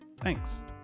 Thanks